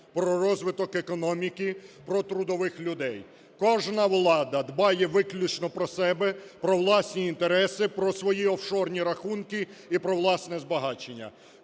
про розвиток економіки, про трудових людей. Кожна влада дбає виключно про себе, про власні інтереси, про свої офшорні рахунки, і про власне збагачення.